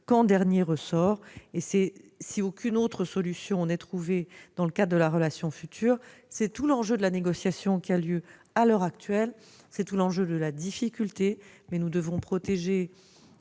qu'en dernier ressort et si aucune autre solution n'est trouvée dans le cadre de la relation future. C'est tout l'enjeu de la négociation qui a lieu actuellement, et c'est également toute la difficulté. Mais nous devons protéger